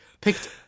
picked